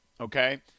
okay